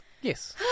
Yes